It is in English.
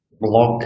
block